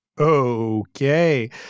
Okay